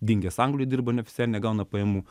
dingęs anglijoj dirba neoficial negauna pajamų